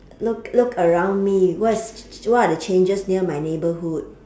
look look around me what's what are the changes near my neighborhood